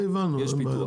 את זה הבנו.